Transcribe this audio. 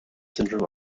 syndrome